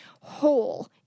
whole